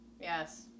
yes